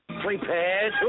Prepare